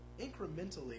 incrementally